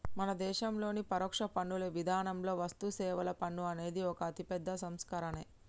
మన దేశంలోని పరోక్ష పన్నుల విధానంలో వస్తుసేవల పన్ను అనేది ఒక అతిపెద్ద సంస్కరనే